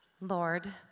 Lord